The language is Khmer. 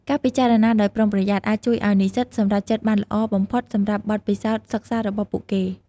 ការពិចារណាដោយប្រុងប្រយ័ត្នអាចជួយឱ្យនិស្សិតសម្រេចចិត្តបានល្អបំផុតសម្រាប់បទពិសោធន៍សិក្សារបស់ពួកគេ។